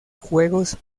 juegos